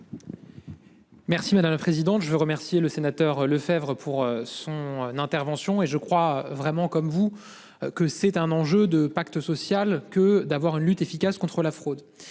Merci madame la présidente. Je veux remercier le sénateur Lefebvre pour son d'intervention et je crois vraiment comme vous. Que c'est un enjeu de pacte social que d'avoir une lutte efficace contre la fraude